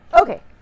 Okay